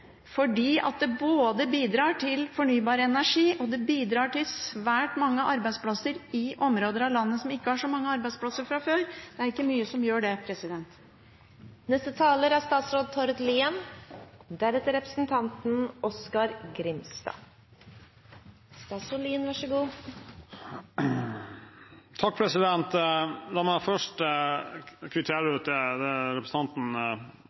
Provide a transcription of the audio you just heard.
fordi det bidrar både til fornybar energi og til svært mange arbeidsplasser i områder av landet som ikke har så mange arbeidsplasser fra før. Det er ikke mye som gjør det. La meg først kvittere ut det representanten